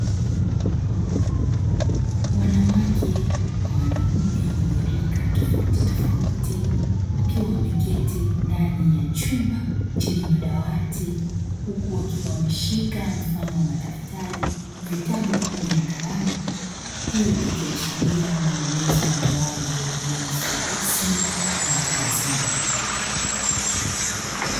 Wanawake kwa wanaume wenye rika tofautitofauti wakiwa wameketi ndani ya chumba chenye madawati huku wakiwa wameshika mfano wa madaftari, vitabu pamoja na kalamu; hii ikiashiria muendelezo wa utoaji wa elimu isiyo rasmi kwa watu wazima.